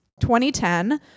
2010